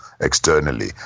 externally